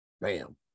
Bam